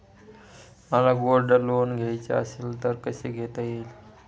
मला gold loan घ्यायचे असेल तर कसे घेता येईल?